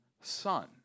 son